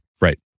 Right